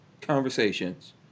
conversations